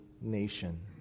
nation